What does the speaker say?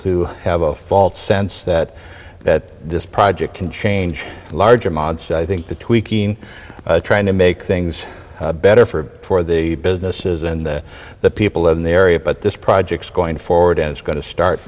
go fault sense that that this project can change large amounts i think the tweaking trying to make things better for for the businesses and the people in the area but this projects going forward and it's going to start